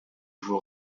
vous